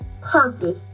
purpose